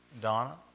Donna